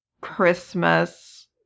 Christmas